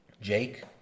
Jake